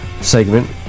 segment